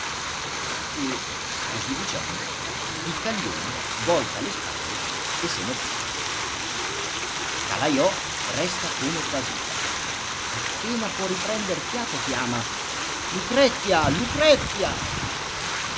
e così dicendo piccaglione volta le spalle e se ne va calajò resta come basito appena può riprender fiato chiama lucrezia lucrezia